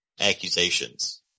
accusations